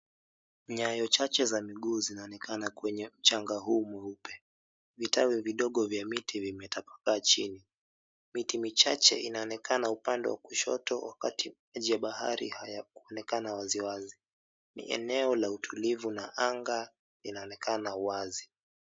Nyayo chache za miguu zinaonekana kwenye mchanga huu mweupe. Vitawe vidogo vya miti vimetapakaa chini. Miti michache inaonekana upande wa kushoto wakati maji ya bahari hayakuonekana waziwazi. Ni eneo la utulivu na anga inaonekana wazi.